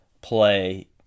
play